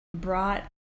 brought